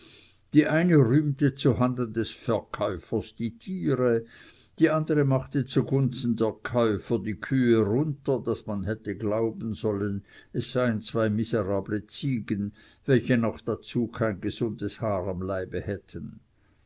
die eine rühmte zuhanden des verkäufers die tiere die andere machte zugunsten der käufer die kühe runter daß man hätte glauben sollen es seien zwei miserable ziegen welche noch dazu kein gesundes haar am leibe hätten